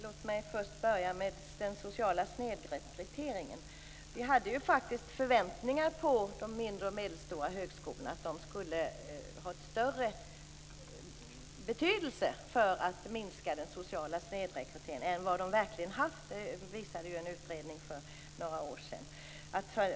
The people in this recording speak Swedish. Fru talman! Låt mig börja med den sociala snedrekryteringen. Vi förväntade oss faktiskt att de mindre och medelstora högskolorna skulle ha en större betydelse för att minska den sociala snedrekryteringen än vad de verkligen har haft, vilket visades av en utredning för några år sedan.